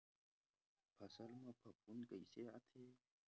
फसल मा फफूंद कइसे आथे?